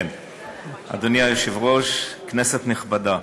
אדוני היושב-ראש, כנסת נכבדה,